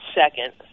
second